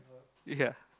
ya